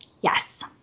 Yes